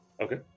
Okay